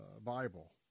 Bible